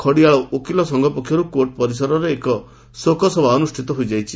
ଖଡ଼ିଆଳ ଓକିଲ ସଂଘ ପକ୍ଷରୁ କୋର୍ଟ ପରିସରରେ ଏକ ଶୋକସଭା ଅନୁଷ୍ଷିତ ହୋଇଛି